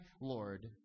lord